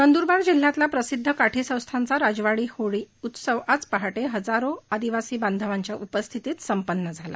नंदुरबार जिल्ह्यातला प्रसिद्ध काठी संस्थानचा राजवाडी होळी उत्सव आज पहाटे हजारो आदिवासी बांधवांच्या उपस्थितीत संप्पन झाला